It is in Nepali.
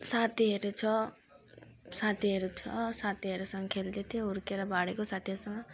साथीहरू छ साथीहरू छ साथीहरूसँग खेल्दथेँ हुर्केर बढेको साथीहरूसँग